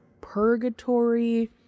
purgatory